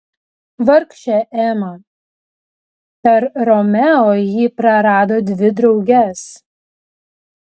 vargšė ema per romeo ji prarado dvi drauges